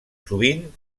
sovint